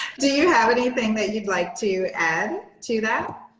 do you have anything that you'd like to add to that?